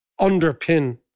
underpin